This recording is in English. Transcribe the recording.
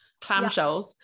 clamshells